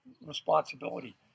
responsibility